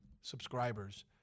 subscribers